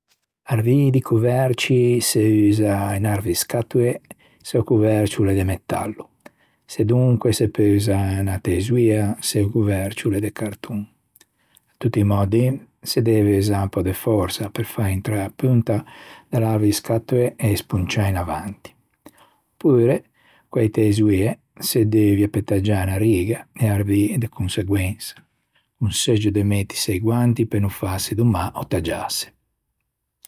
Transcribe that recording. Arvî di coverci se usa un arviscatole se o covercio o l'é de metallo, sedonque se peu usâ unna tesoia, se o covercio o l'é de carton. À tutti i mòddi se deve usâ un pö de fòrsa pe fâ intrâ a ponta de l'arviscatoe e sponciâ in avanti opure, co-e tesoie se deuvia pe taggiâ unna riga e arvî de conseguensa. Conseggio de mettise i guanti pe no fâse do mâ o taggiâse.